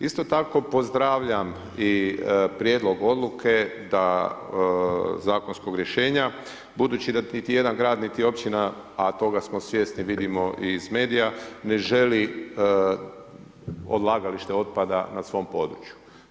Isto tako pozdravljam i prijedlog odluke zakonskog rješenja, budući da niti jedan grad niti općina a toga smo svjesni, vidimo i iz medija ne želi odlagalište otpada na svom području.